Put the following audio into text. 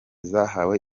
zahawe